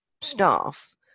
staff